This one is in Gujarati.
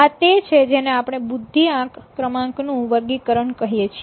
આ તે છે જેને આપણે બુદ્ધિઆંક ક્રમાંક નું વર્ગીકરણ કહીએ છીએ